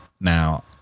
now